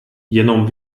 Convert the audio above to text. jenom